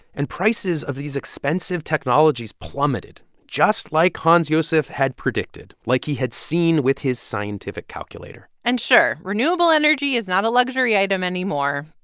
and prices of these expensive technologies plummeted, just like hans-josef had predicted, like he had seen with his scientific calculator and, sure, renewable energy is not a luxury item anymore.